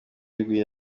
y’igihugu